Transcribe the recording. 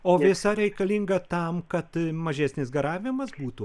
o vėsa reikalinga tam kad mažesnis garavimas būtų